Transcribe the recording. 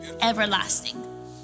everlasting